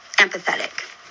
Empathetic